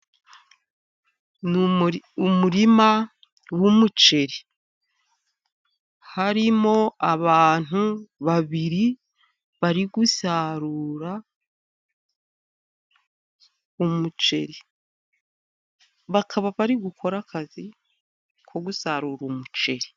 Ni umuri umurima w'umuceri, harimo abantu babiri bari gusarura umuceri, bakaba bari gukora akazi ko gusarura umuceri.